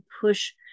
Push